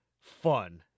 fun